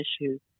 issues